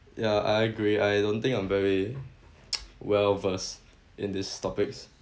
ya I agree I don't think I'm very well versed in these topics